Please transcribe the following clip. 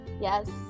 Yes